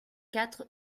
quatre